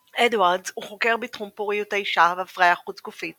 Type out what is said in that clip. אדוארדס הוא חוקר בתחום פוריות האישה והפריה חוץ גופית